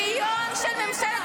את הממ"ח.